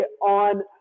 on